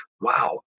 Wow